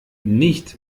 nicht